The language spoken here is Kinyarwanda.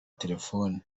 telefoni